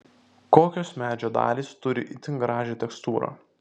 kokios medžio dalys turi itin gražią tekstūrą